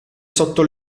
sotto